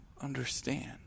understand